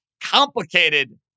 complicated